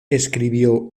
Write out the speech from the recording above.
escribió